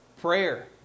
prayer